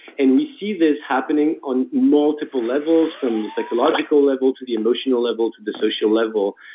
and we see this happening on multiple levels, from the psychological level to the emotional level to the social level,